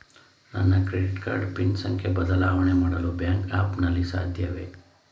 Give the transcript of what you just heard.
ನನ್ನ credit card PIN ಸಂಖ್ಯೆ ಬದಲಾವಣೆ ಮಾಡಲು ಬ್ಯಾಂಕ್ ಆ್ಯಪ್ ನಲ್ಲಿ ಸಾಧ್ಯವೇ?